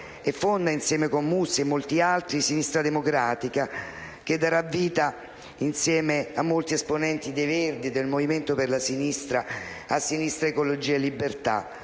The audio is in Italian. e fonda, insieme con Mussi e molti altri, Sinistra Democratica, che darà vita, insieme a molti esponenti dei Verdi e del Movimento per la sinistra, a Sinistra Ecologia e Libertà.